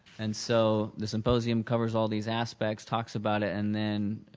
and so the symposium covers all these aspects, talks about it and then